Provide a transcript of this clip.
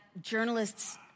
journalists